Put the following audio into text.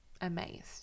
amazed